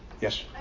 Yes